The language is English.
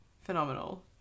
phenomenal